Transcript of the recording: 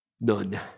None